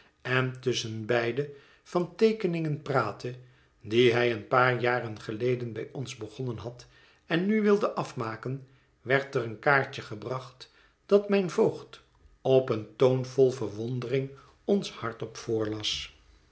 en tusschenbeide van teekeningön praatte die hij een paar jaren geleden bij ons begonnen had en nu wilde afmaken werd er een kaartje gebracht dat mijn voogd op een toon vol verwondering ons hardop voorlas